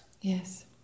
Yes